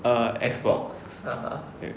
err X box okay